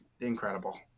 incredible